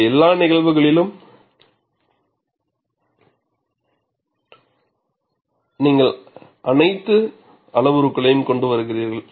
இந்த எல்லா நிகழ்வுகளிலும் நீங்கள் அனைத்து அளவுருக்களையும் கொண்டு வருகிறீர்கள்